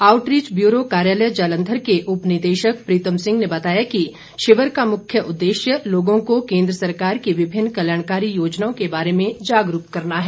outreach bureau कार्यालय जालंधर के उपनिदेशक प्रीतम सिंह ने बताया कि शिविर का मुख्य उदेश्य लोगों को केंद्र सरकार की विभिन्न काल्याणकारी योजनाओं के बारे में जागरूक करना है